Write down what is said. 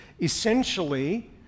essentially